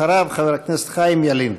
אחריו, חבר הכנסת חיים ילין.